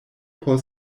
por